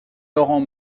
laurent